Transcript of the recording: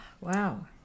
Wow